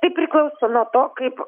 tai priklauso nuo to kaip